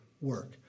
work